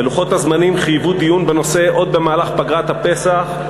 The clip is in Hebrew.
ולוחות הזמנים חייבו דיון בנושא עוד במהלך פגרת הפסח,